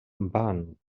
van